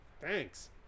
Thanks